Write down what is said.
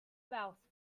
spouse